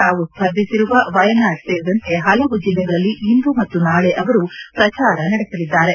ತಾವು ಸ್ಪರ್ಧಿಸಿರುವ ವಯನಾಡ್ ಸೇರಿದಂತೆ ಹಲವು ಜಿಲ್ಲೆಗಳಲ್ಲಿ ಇಂದು ಮತ್ತು ನಾಳೆ ಅವರು ಪ್ರಚಾರ ನಡೆಸಲಿದ್ದಾರೆ